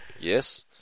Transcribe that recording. Yes